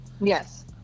Yes